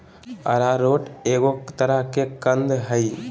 arrowroot एगो तरह के कंद हइ